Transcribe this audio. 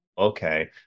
Okay